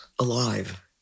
alive